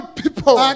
people